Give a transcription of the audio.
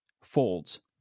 folds